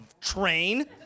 train